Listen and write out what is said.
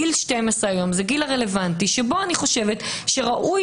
גיל 12 היום זה הגיל הרלוונטי שבו אני חושבת שראוי